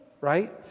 right